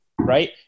right